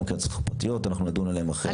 צריך --- אנחנו נדון עליהן אחרי זה.